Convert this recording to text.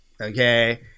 okay